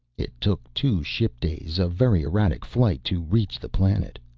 it took two ship-days of very erratic flight to reach the planet.